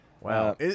Wow